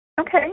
Okay